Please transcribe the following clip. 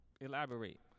elaborate